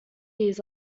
years